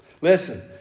Listen